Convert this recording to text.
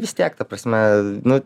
vis tiek ta prasme nu